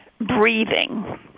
breathing